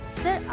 Sir